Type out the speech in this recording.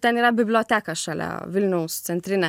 ten yra biblioteka šalia vilniaus centrinė